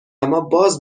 ماباز